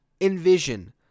envision